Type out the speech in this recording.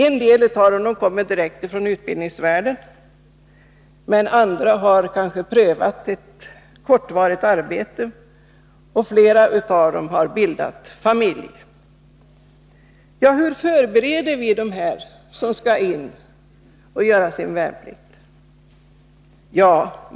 En del av dem kommer direkt från utbildningsvärlden, medan andra hunnit pröva på ett eget arbete och bildat familj. Hur förbereder vi dem för denna utbildning?